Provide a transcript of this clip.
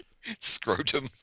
Scrotum